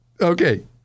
okay